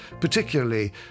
particularly